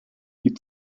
die